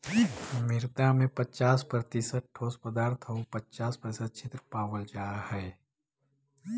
मृदा में पच्चास प्रतिशत ठोस पदार्थ आउ पच्चास प्रतिशत छिद्र पावल जा हइ